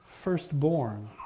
Firstborn